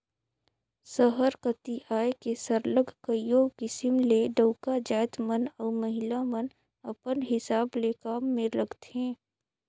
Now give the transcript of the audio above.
सहर कती आए के सरलग कइयो किसिम ले डउका जाएत मन अउ महिला मन अपल हिसाब ले काम में लगथें